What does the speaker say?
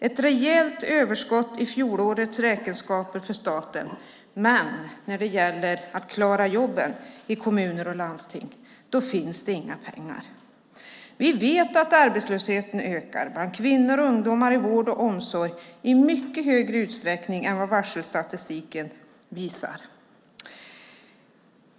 Ett rejält överskott i fjolårets räkenskaper för staten, men när det gäller att klara jobben i kommuner och landsting finns det inga pengar. Vi vet att arbetslösheten ökar bland kvinnor och ungdomar i vård och omsorg i mycket högre utsträckning än varselstatistiken visar.